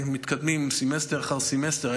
מתקדמים סמסטר אחר סמסטר.